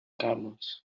camels